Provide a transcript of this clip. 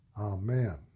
Amen